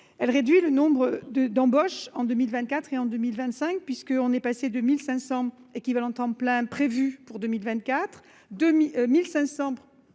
Elle réduit le nombre de d'embauche en 2024 et en 2025 puisqu'on est passé de 1500 équivalents temps plein prévue pour 2024